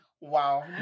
wow